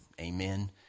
Amen